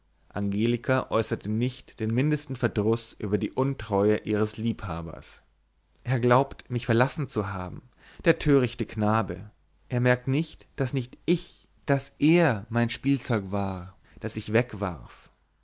angelika äußerte nicht den mindesten verdruß über die untreue ihres liebhabers er glaubt mich verlassen zu haben der törichte knabe er merkt nicht daß nicht ich daß er mein spielzeug war das ich wegwarf